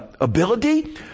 ability